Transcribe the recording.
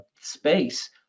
space